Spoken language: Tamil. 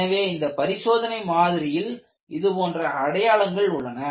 எனவே இந்த பரிசோதனை மாதிரியில் இது போன்ற அடையாளங்கள் உள்ளன